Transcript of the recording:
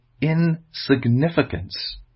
insignificance